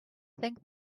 think